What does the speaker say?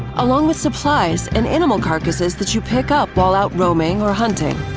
along with supplies, and animal carcasses that you pick up while out roaming or hunting.